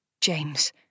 James